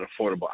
affordable